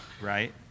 right